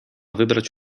wybrać